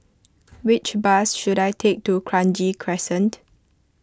which bus should I take to Kranji Crescent